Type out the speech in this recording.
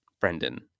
brendan